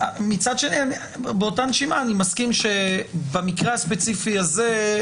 באותה נשימה אני מסכים שבמקרה הספציפי הזה,